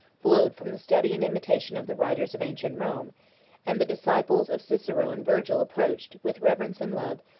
flowed from the study and imitation of the writers of ancient rome and the disciples of cicero and virgil approached, with reverence and love,